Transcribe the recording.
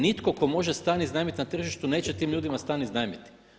Nitko tko može stan iznajmiti na tržištu neće tim ljudima stan iznajmiti.